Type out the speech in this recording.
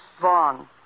Vaughn